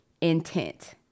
intent